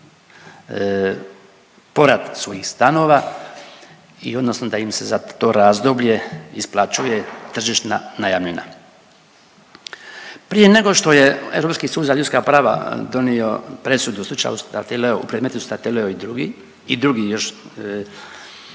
povrat svojih stanova, odnosno da im se za to razdoblje isplaćuje tržišna najamnina. Prije nego što je Europski sud za ljudska prava donio presudu u slučaju Statileo, u predmetu Statileo i drugi još